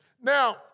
Now